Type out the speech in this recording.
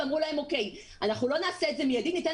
אמרו להם שלא נעשה את זה מיידית אלא ניתן